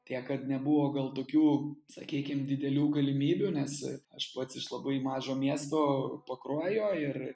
tiek kad nebuvo gal tokių sakykim didelių galimybių nes aš pats iš labai mažo miesto pakruojo ir